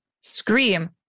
Scream